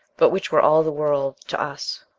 but which were all the world to us!